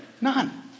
None